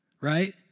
Right